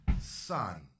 son